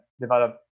develop